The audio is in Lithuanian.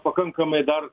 pakankamai dar